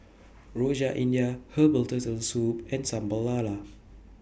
Rojak India Herbal Turtle Soup and Sambal Lala